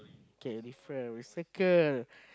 okay different we circle